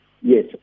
Yes